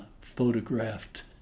photographed